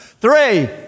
Three